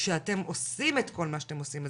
כשאתם עושים את כל מה שאתם עושים,